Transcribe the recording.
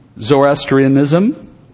Zoroastrianism